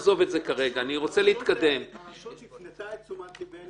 רשויות מקומיות וכן רשויות,